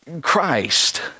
Christ